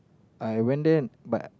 I went there but